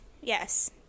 Yes